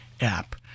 app